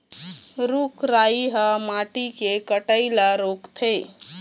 रूख राई ह माटी के कटई ल रोकथे